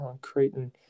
Creighton